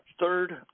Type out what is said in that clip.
third